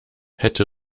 hätte